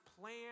plan